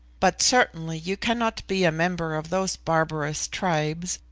but certainly you cannot be a member of those barbarous tribes,